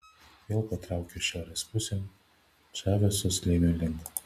vėl patraukiau šiaurės pusėn čaveso slėnio link